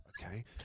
Okay